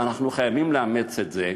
ואנחנו חייבים לאמץ את זה,